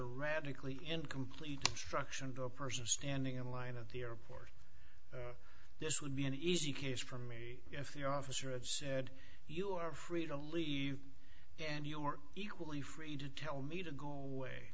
a radically incomplete struction to a person standing in line at the airport this would be an easy case for me if the officer of said you are free to leave and your equally free to tell me to go away